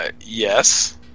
Yes